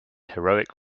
heroic